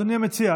אדוני המציע,